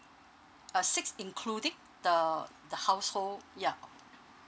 uh six including the the household ya